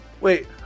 Wait